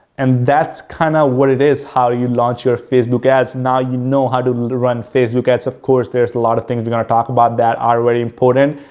and that's kind of what it is, how you launch your facebook ads. now you know how to run facebook ads. of course, there's a lot of things we aren't talking about that are very important,